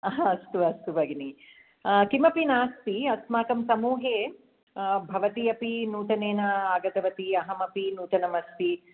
अस्तु अस्तु भगिनी किमपि नास्ति अस्माकं समूहे भवती अपि नूतनेन आगतवती अहमपि नूतनम् अस्मि